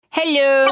Hello